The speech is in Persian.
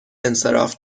انصراف